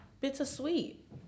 Bittersweet